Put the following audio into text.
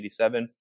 1987